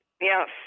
Yes